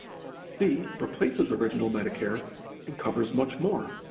part c replaces original medicare and covers much more.